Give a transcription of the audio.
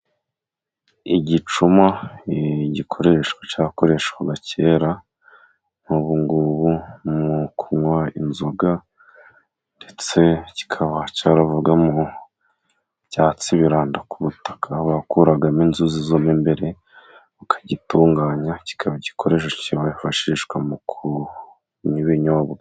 Igicuma, igikoresho cyakoreshwaga kera nk'ubu ngubu mu kunywa inzoga, ndetse kikaba cyaravaga mu byatsi biranda ku butaka bakuragamo inzuzi zo mo imbere, ukagitunganya kikaba igikoresho cyifashishwa mu kunywa ibinyobwa.